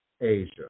asia